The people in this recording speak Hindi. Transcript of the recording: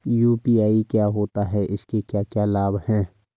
यु.पी.आई क्या होता है इसके क्या क्या लाभ हैं?